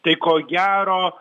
tai ko gero